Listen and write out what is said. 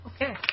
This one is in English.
okay